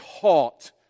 taught